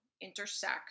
intersect